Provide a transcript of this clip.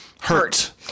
Hurt